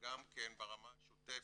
כן ברמה השוטפת,